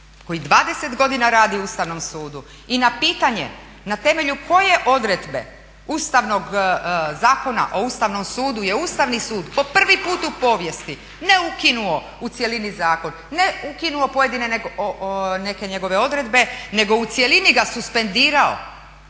koji 20 godina radi u Ustavnom sudu i na pitanje na temelju koje odredbe Ustavnog zakona o Ustavnom sudu je Ustavni sud po prvi put u povijesti ne ukinuo u cjelini zakon ne ukinuo pojedine neke njegove odredbe nego u cjelini ga suspendirao